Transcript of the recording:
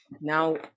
Now